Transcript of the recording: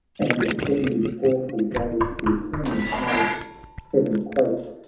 and bending awful gave the eternal nod heaven quaked,